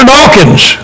Dawkins